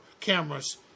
cameras